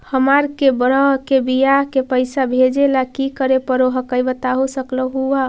हमार के बह्र के बियाह के पैसा भेजे ला की करे परो हकाई बता सकलुहा?